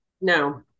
No